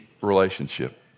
relationship